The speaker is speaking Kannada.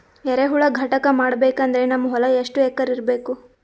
ಎರೆಹುಳ ಘಟಕ ಮಾಡಬೇಕಂದ್ರೆ ನಮ್ಮ ಹೊಲ ಎಷ್ಟು ಎಕರ್ ಇರಬೇಕು?